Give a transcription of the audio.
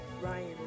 Ryan